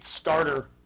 starter